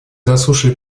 заслушали